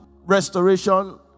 restoration